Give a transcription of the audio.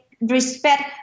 respect